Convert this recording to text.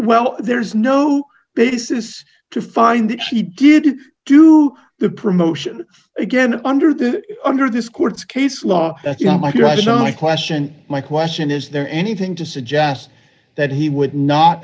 well there's no basis to find that he did do the promotion again under the under this court's case law that's my question my question is there anything to suggest that he would not